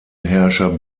herrscher